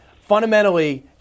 fundamentally